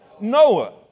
Noah